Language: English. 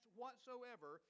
whatsoever